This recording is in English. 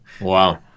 Wow